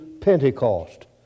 Pentecost